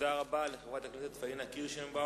תודה רבה לחברת הכנסת פניה קירשנבאום.